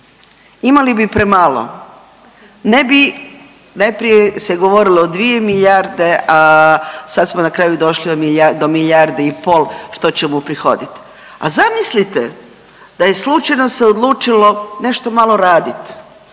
imali bi premalo, ne bi, najprije se govorilo o dvije milijarde, a sad smo na kraju došli do milijarde i pol što ćemo uprihodit. A zamislite da je slučajno se odlučilo nešto malo radit,